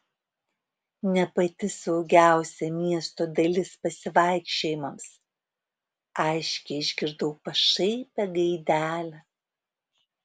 ne pati saugiausia miesto dalis pasivaikščiojimams aiškiai išgirdau pašaipią gaidelę